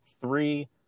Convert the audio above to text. three